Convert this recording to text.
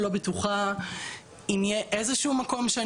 לא בטוחה אם יהיה איזה שהוא מקום שאני